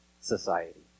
society